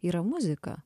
yra muzika